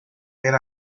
ver